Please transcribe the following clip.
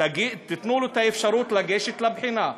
תנו לו את האפשרות לגשת לבחינה.